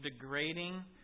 degrading